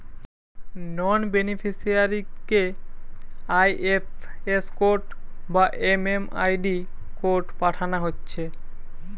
নন বেনিফিসিয়ারিকে IFS code বা MMID code পাঠানা হচ্ছে